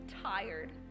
tired